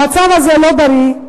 המצב הזה לא בריא,